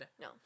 No